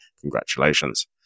congratulations